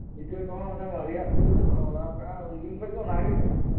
ᱤᱛᱟᱹ ᱠᱚᱦᱚᱸ ᱚᱱᱟ ᱢᱟᱨᱮᱭᱟᱜ ᱠᱚᱜᱮᱞᱮ ᱫᱚᱦᱚ ᱵᱟᱲᱟᱣ ᱠᱟᱜᱼᱟ ᱩᱱᱫᱤᱱ ᱠᱷᱚᱡ ᱜᱮ ᱚᱱᱟ ᱜᱮ ᱪᱟᱞᱟᱜ ᱠᱟᱱᱟ